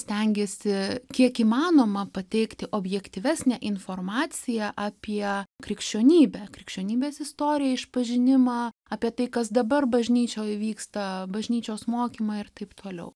stengiasi kiek įmanoma pateikti objektyvesnę informaciją apie krikščionybę krikščionybės istoriją išpažinimą apie tai kas dabar bažnyčioje vyksta bažnyčios mokymą ir taip toliau